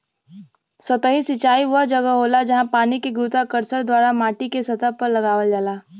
सतही सिंचाई वह जगह होला, जहाँ पानी के गुरुत्वाकर्षण द्वारा माटीके सतह पर लगावल जाला